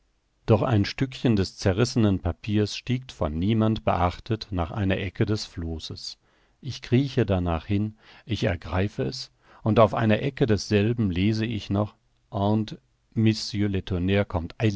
doch ein stückchen des zerrissenen papieres liegt von niemand beachtet nach einer ecke des flosses ich krieche darnach hin ich ergreife es und auf einer ecke desselben lese ich noch